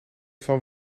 van